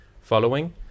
following